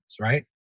right